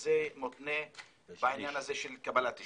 זה מותנה בעניין הזה של קבלת שליש.